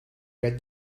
read